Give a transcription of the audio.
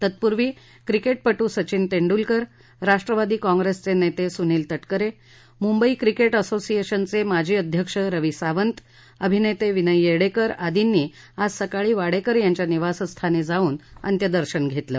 तत्पूर्वी क्रिकेटपट्र सचिन तेंडूलकर राष्ट्रवादी काँग्रसेचे नेते सुनील तटकरे मुंबई क्रिकेट असोसिएशनचे माजी अध्यक्ष रवी सावंत अभिनेते विनय येडेकर आदींनी आज सकाळी वाडेकर यांच्या निवासस्थानी जाऊन अंत्यदर्शन घेतलं